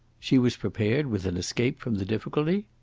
she was prepared with an escape from the difficulty?